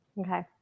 okay